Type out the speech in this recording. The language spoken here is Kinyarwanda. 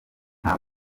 nta